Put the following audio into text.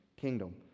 kingdom